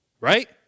Right